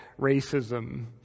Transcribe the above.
racism